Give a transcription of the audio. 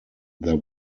there